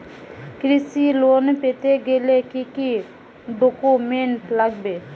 কৃষি লোন পেতে গেলে কি কি ডকুমেন্ট লাগবে?